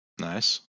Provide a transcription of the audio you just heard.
nice